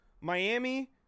Miami